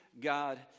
God